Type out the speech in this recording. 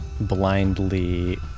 blindly